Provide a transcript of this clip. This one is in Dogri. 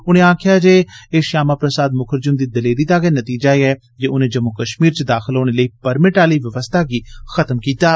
उनें आक्खेआ जे एह् श्यामा प्रसाद मुखर्जी हुन्दी दलेरी दा गै नतीजा ऐ जे उने जम्मू कश्मीर च दाखल होने लेई पर्मिट आली व्यवस्था गी खत्म कीता गेआ